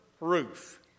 roof